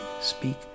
speak